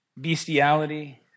Bestiality